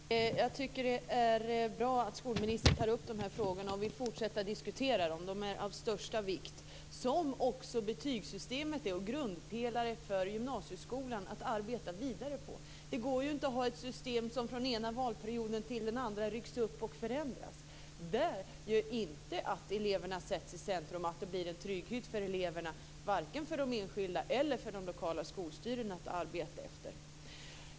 Herr talman! Jag tycker att det är bra att skolministern tar upp de här frågorna och vill fortsätta att diskutera dem. De är av största vikt, som också betygssystemet är, och en grundpelare för gymnasieskolan att arbeta vidare på. Det går inte att ha ett system som från ena valperioden till den andra rycks upp och förändras. Det är inte att sätta eleverna i centrum och att det blir en trygghet för dem. Varken för de enskilda eleverna eller för de lokala skolstyrelserna är det något att arbeta efter.